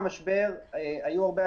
עכשיו נאבקים על זה בממשלה שהם לא ייקחו.